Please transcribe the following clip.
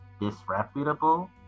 disreputable